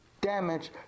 Damage